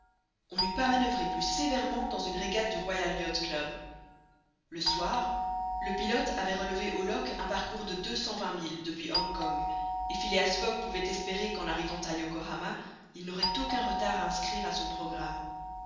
on n'eût pas manoeuvré plus sévèrement dans une régate du royal yacht club le soir le pilote avait relevé au loch un parcours de deux cent vingt milles depuis hong kong et phileas fogg pouvait espérer qu'en arrivant à yokohama il n'aurait aucun retard à inscrire à son programme